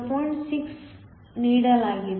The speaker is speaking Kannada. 6 ನೀಡಲಾಗಿದೆ